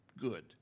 good